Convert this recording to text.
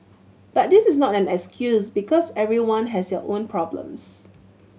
but this is not an excuse because everyone has their own problems